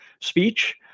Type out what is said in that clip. speech